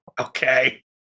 Okay